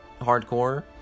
hardcore